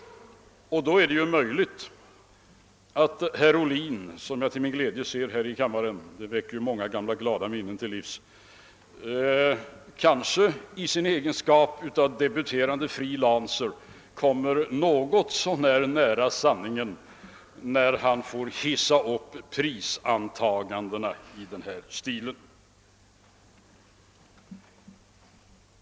Då är det möjligt att herr Ohlin, som jag till min glädje ser här i denna kammare — det väcker många gamla glada minnen till liv — i sin egenskap av debuterande freelancer kommer sanningen någorlunda nära, eftersom prisantagandena kan trissas upp på detta sätt.